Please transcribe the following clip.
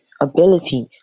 ability